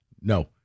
No